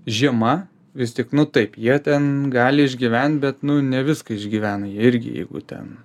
žiema vis tik nu taip jie ten gali išgyvent bet ne viską išgyvena jie irgi jeigu ten